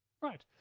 right